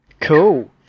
Cool